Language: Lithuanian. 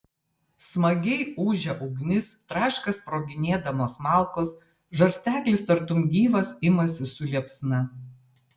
smagiai ūžia ugnis traška sproginėdamos malkos žarsteklis tartum gyvas imasi su liepsna